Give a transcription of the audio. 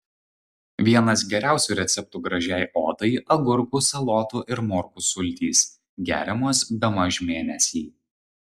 vienas geriausių receptų gražiai odai agurkų salotų ir morkų sultys geriamos bemaž mėnesį